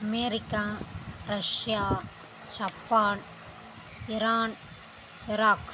America Russia Japan Iran Iraq